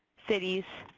cities,